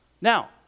Now